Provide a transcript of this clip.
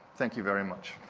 thank you very much.